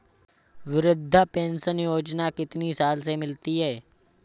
वृद्धा पेंशन योजना कितनी साल से मिलती है?